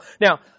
Now